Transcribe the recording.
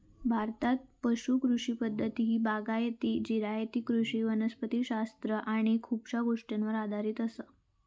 भारतात पुश कृषी पद्धती ही बागायती, जिरायती कृषी वनस्पति शास्त्र शास्त्र आणि खुपशा गोष्टींवर आधारित असता